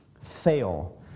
fail